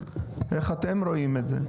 איך אתם רואים את זה?